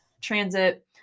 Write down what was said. transit